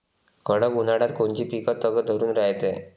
कडक उन्हाळ्यात कोनचं पिकं तग धरून रायते?